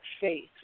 faith